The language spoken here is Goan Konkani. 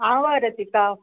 हांव गो रतिका